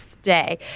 day